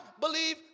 believe